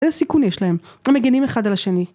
איזה סיכון יש להם, הם מגנים אחד על השני.